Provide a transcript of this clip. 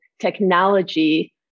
technology